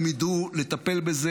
הם ידעו לטפל בזה.